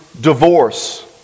divorce